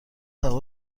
هوا